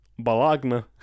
Balagna